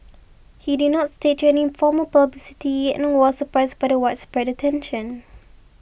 he did not stage any formal publicity and was surprised by the widespread attention